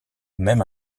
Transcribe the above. même